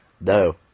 no